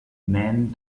men